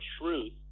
truth